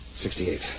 Sixty-eight